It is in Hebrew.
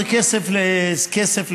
זה כסף לצדקה.